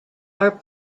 are